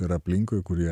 ir aplinkui kurie